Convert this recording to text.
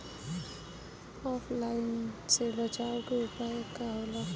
ऑफलाइनसे बचाव के उपाय का होला?